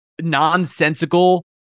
Nonsensical